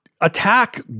Attack